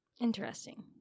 Interesting